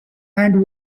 and